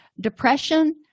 depression